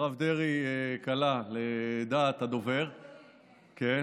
הרב דרעי קלע לדעת הדובר, כן.